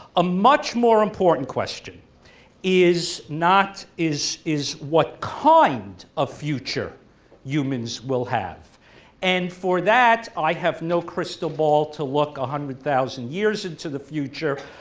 a much more important question is not is is what kind of future humans will have and for that i have no crystal ball to look a hundred thousand years into the future.